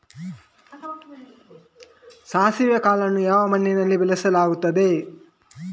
ಸಾಸಿವೆ ಕಾಳನ್ನು ಯಾವ ಮಣ್ಣಿನಲ್ಲಿ ಬೆಳೆಸಲಾಗುತ್ತದೆ?